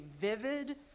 vivid